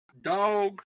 dog